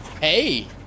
Hey